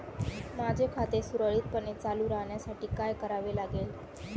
माझे खाते सुरळीतपणे चालू राहण्यासाठी काय करावे लागेल?